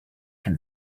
can